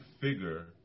figure